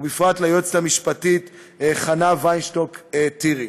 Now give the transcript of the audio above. ובפרט ליועצת המשפטית חנה וינשטוק טירי.